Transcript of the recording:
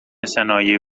صنایع